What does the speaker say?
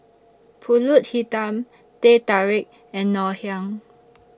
Pulut Hitam Teh Tarik and Ngoh Hiang